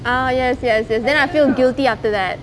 ah yes yes and then I feel guilty after that